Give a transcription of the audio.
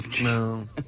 No